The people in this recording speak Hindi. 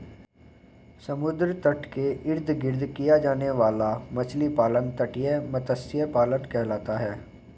समुद्र तट के इर्द गिर्द किया जाने वाला मछली पालन तटीय मत्स्य पालन कहलाता है